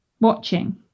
watching